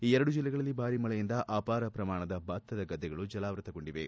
ಈ ಎರಡು ಜಿಲ್ಲೆಗಳಲ್ಲಿ ಭಾರಿ ಮಳೆಯಿಂದ ಅವಾರ ಪ್ರಮಾಣದ ಭತ್ತದ ಗದ್ದೆಗಳು ಜಲಾವೃತಗೊಂಡಿವೆ